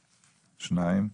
שניים.